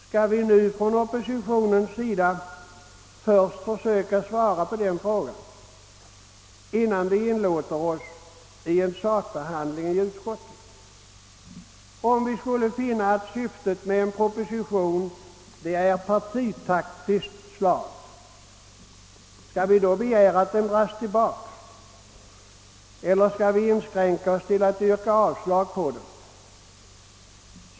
Skall vi nu från oppositionen först försöka svara på den frågan innan vi inlåter oss på en sakbehandling i utskottet? Om vi skulle finna att syftet med en proposition är av partitaktiskt slag, skall vi då begära att den dras tillbaks eller skall vi inskränka oss till att yrka avslag på den?